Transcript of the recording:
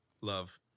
Love